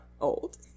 old